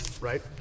right